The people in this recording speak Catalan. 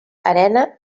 arena